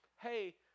hey